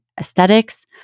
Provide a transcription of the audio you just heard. aesthetics